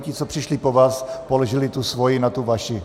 Ti, co přišli po vás, položili tu svoji na tu vaši.